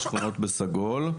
שכונות בסגול,